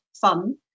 fun